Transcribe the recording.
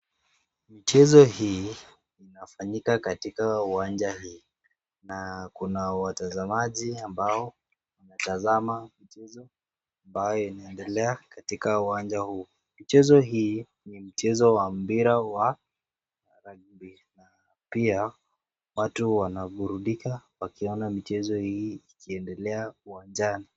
Michezo hii inafanyika katika uwanja hii na kuna watazamaji ambao wanatazama michezo ambayo inaendelea katika uwanja huu . Mchezo hii ni mchezo wa mpira wa rugby na pia watu wanaburudika wakiona michezo hii ikiendelea uwanjani.